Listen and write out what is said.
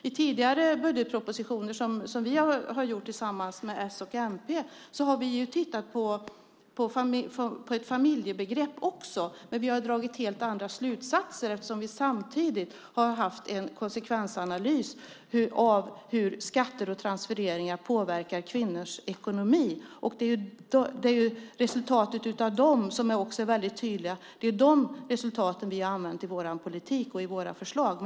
I tidigare budgetpropositioner som vi har gjort tillsammans med s och mp har vi också tittat på ett familjebegrepp, men vi har dragit helt andra slutsatser eftersom vi samtidigt har gjort en konsekvensanalys av hur skatter och transfereringar påverkar kvinnors ekonomi. Det är de resultaten, som är väldigt tydliga, vi har använt i vår politik och i våra förslag.